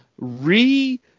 Re